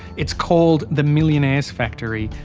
it's called the millionaires factory.